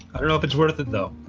i don't know if it's worth it though